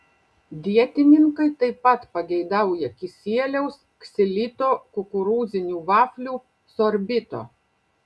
dietininkai taip pat pageidauja kisieliaus ksilito kukurūzinių vaflių sorbito